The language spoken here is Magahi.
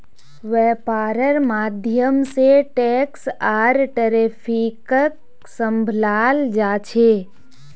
वैपार्र माध्यम से टैक्स आर ट्रैफिकक सम्भलाल जा छे